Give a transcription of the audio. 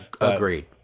Agreed